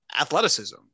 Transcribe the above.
athleticism